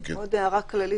עוד הערה כללית